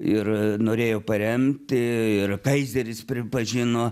ir norėjo paremti ir kaizeris pripažino